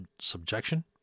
subjection